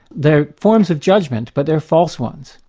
they're forms of judgment, but they're false ones.